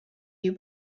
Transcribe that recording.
you